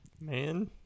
Man